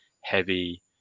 heavy